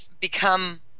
become